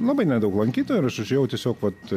labai nedaug lankytojų ir aš užėjau tiesiog vat